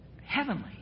heavenly